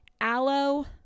aloe